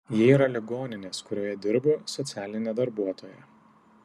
ji yra ligoninės kurioje dirbu socialinė darbuotoja